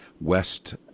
West